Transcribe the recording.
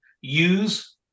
use